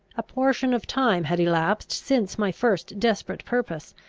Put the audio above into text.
a portion of time had elapsed since my first desperate purpose.